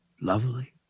lovely